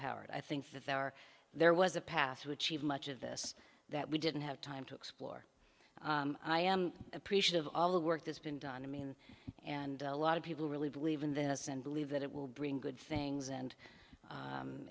empowered i think that there are there was a path to achieve much of this that we didn't have time to explore i am appreciative of all the work that's been done i mean and a lot of people really believe in this and believe that it will bring good things and